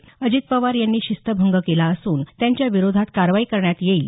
तसंच अजित पवार यांनी शिस्तभंग केला असून त्यांच्या विरोधात कारवाई करण्यात आली आहे